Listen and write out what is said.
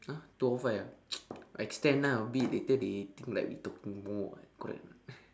!huh! two O five ah extend ah a bit later they think like we talking more [what] correct or not